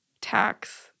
Tax